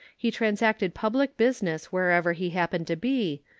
he transacted public business wherever he happened to be,